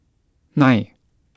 nine